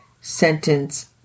Sentence